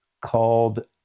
called